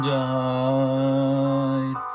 died